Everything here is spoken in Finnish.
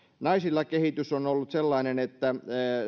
naisilla kehitys on ollut sellainen että